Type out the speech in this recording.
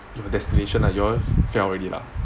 your destination lah you all fell already lah